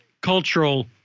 cultural